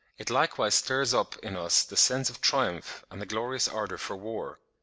it likewise stirs up in us the sense of triumph and the glorious ardour for war.